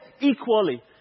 equally